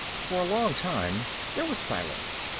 for a long time there was silence.